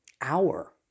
hour